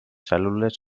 cèl·lules